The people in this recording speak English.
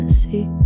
see